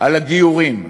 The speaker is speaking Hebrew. על הגיורים,